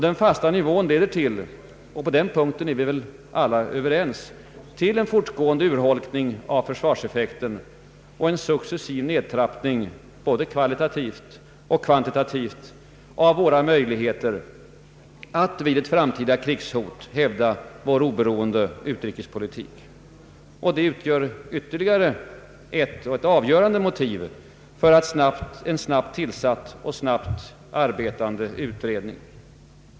Den fasta nivån leder till — på den punkten är vi väl alla ense — en fortgående urholkning av försvarseffekten och en successiv nedtrappning både kvalitativt och kvantitativt av våra möjligheter att vid ett framtida krigshot hävda vår oberoende utrikespolitik. Detta utgör ytterligare ett avgörande motiv för en snabbt tillsatt och en snabbt arbetande utredning.